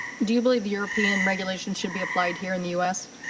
do you believe european regulations should be applied here in the u s?